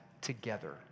together